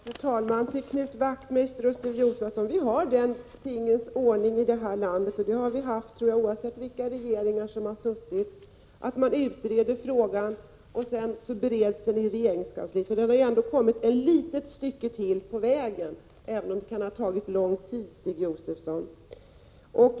Fru talman! Till Knut Wachtmeister och Stig Josefson: Vi har den tingens ordning i det här landet — det har vi haft oavsett vilka regeringar som har suttit — att man utreder en fråga och att den sedan bereds i regeringskansliet. Frågan har ändå kommit ett litet stycke till på vägen, även om det kan ha tagit lång tid, Stig Josefson.